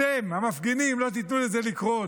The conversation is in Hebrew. אתם, המפגינים, לא תיתנו לזה לקרות.